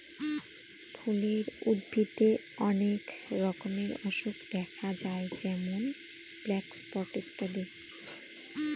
ফুলের উদ্ভিদে অনেক রকমের অসুখ দেখা যায় যেমন ব্ল্যাক স্পট ইত্যাদি